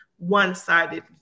one-sided